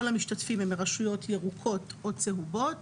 המשתתפים הם מרשויות ירוקות או צהובות,